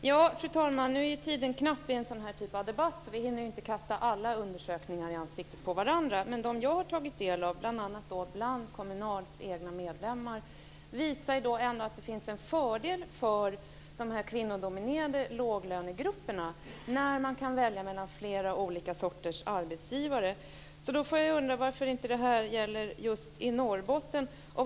Fru talman! Nu är tiden knapp i en sådan här typ av debatt, och vi hinner inte kasta alla undersökningar i ansiktet på varandra. De jag har tagit del, bl.a. bland Kommunals egna medlemmar, visar ändå att det finns en fördel för de kvinnodominerade låglönegrupperna när man kan välja mellan flera olika arbetsgivare. Varför gäller detta inte i Norrbotten?